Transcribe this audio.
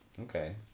Okay